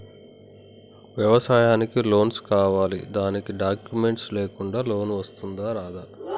వ్యవసాయానికి లోన్స్ కావాలి దానికి డాక్యుమెంట్స్ లేకుండా లోన్ వస్తుందా రాదా?